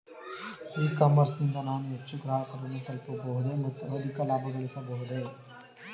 E commerce ನಿಂದ ನಾನು ಹೆಚ್ಚು ಗ್ರಾಹಕರನ್ನು ತಲುಪಬಹುದೇ ಮತ್ತು ಅಧಿಕ ಲಾಭಗಳಿಸಬಹುದೇ?